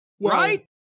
Right